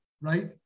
right